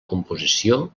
composició